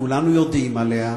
כולנו יודעים עליה,